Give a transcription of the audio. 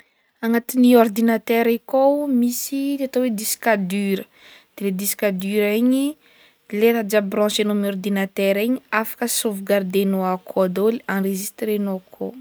Agnatin'ny ordinatera io akao misy atao hoe disque dur, de le disque dur igny le raha jiaby branchegnao amy ordinatera afaka sauvegardenao akao daholo enregistrenao akao.